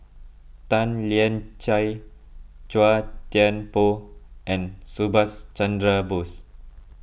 Tan Lian Chye Chua Thian Poh and Subhas Chandra Bose